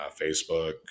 Facebook